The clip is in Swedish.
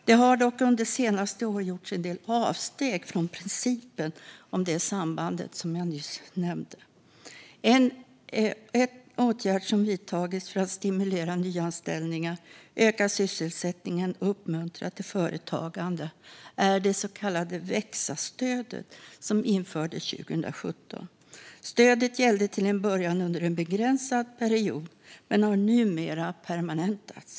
Det har dock under senaste år gjorts en del avsteg från principen om det sambandet som jag nyss nämnde. En åtgärd som vidtagits för att stimulera nyanställningar, öka sysselsättningen och uppmuntra till företagande är det så kallade växa-stödet som infördes 2017. Stödet gällde till en början under en begränsad period men har numera permanentats.